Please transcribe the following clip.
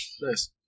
Nice